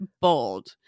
bold